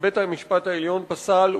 שבית-המשפט העליון פסל,